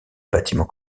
bâtiments